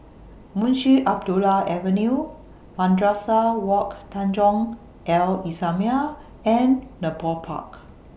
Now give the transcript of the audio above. Munshi Abdullah Avenue Madrasah Wak Tanjong Al Islamiah and Nepal Park